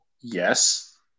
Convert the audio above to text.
yes